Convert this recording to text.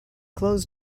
clothes